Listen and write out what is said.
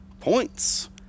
points